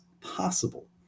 possible